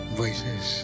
voices